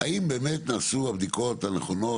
האם באמת נעשו הבדיקות הנכונות,